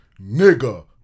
nigga